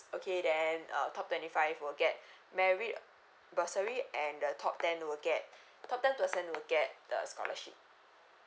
okay then uh top twenty five will get merit bursary and the top ten will get top ten percent will get the scholarship